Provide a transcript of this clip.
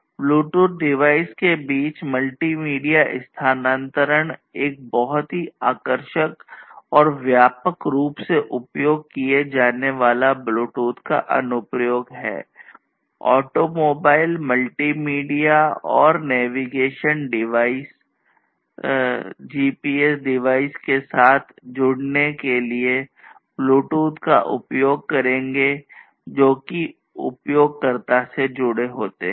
Bluetooth के साथ जुड़ने के लिए ब्लूटूथ का उपयोग करेंगे जोकि उपयोगकर्ता से जुड़े होते हैं